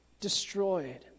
destroyed